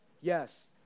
Yes